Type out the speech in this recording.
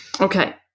Okay